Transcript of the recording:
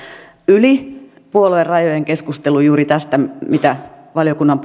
yli puoluerajojen keskusteluja juuri tästä mitä valiokunnan